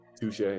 touche